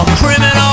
criminal